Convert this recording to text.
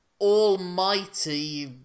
Almighty